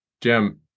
Jim